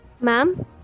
Ma'am